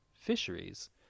fisheries